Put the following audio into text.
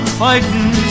fighting